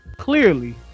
Clearly